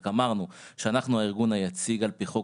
רק אמרנו שאנחנו הארגון היציג על פי חוק,